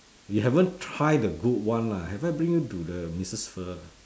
you haven't try the good one lah have I bring you to the missus pho